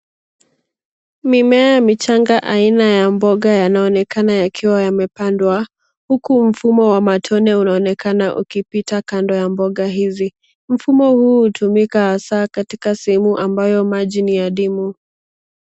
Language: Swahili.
Mimea michanga aina ya mboga, yanaonekana yakiwa yamepandwa, huku mfumo wa matone unaonekana ukipita kando ya mboga hizi. Mfumo huu hutumika hasaa katika sehemu ambayo maji ni adimu.